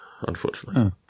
unfortunately